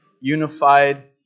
unified